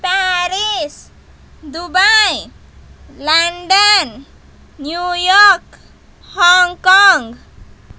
Paris Dubai London New York Hong Kong